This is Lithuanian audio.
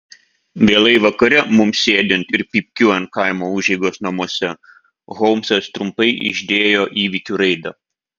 vėlai vakare mums sėdint ir pypkiuojant kaimo užeigos namuose holmsas trumpai išdėjo įvykių raidą